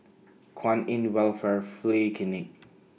Kwan in Welfare Free Clinic